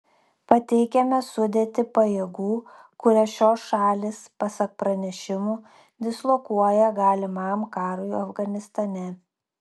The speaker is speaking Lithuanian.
pateikiame sudėtį pajėgų kurias šios šalys pasak pranešimų dislokuoja galimam karui afganistane